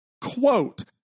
Quote